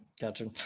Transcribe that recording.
Gotcha